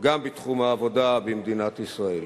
גם בתחום העבודה במדינת ישראל.